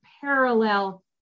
parallel